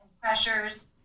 pressures